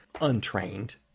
untrained